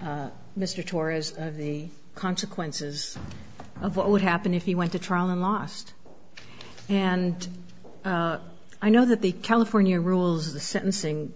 client mr torres the consequences of what would happen if he went to trial and lost and i know that the california rules the sentencing